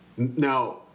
Now